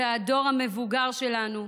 והדור המבוגר שלנו,